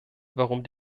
warum